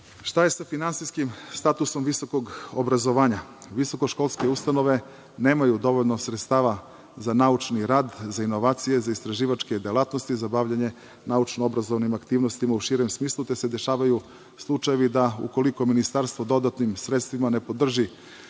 je sa finansijskim statusom visokog obrazovanja? Visoko školske ustanove nemaju dovoljno sredstava za naučni rad, za inovacije, za istraživačke delatnosti, za bavljenje naučno obrazovnim aktivnostima u širem smislu, te se dešavaju slučajevi da ukoliko Ministarstvo dodatnim sredstvima ne podrži